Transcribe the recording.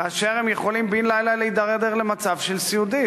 כאשר הם יכולים בן-לילה להידרדר למצב סיעודי,